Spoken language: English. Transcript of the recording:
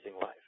life